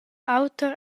auter